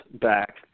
back